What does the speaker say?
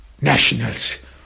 nationals